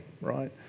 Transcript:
right